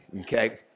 okay